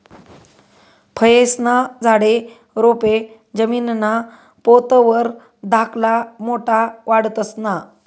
फयेस्ना झाडे, रोपे जमीनना पोत वर धाकला मोठा वाढतंस ना?